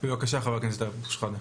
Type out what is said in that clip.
בבקשה חבר הכנסת אבו שחאדה.